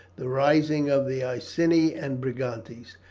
the rising of the iceni and brigantes,